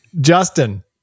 Justin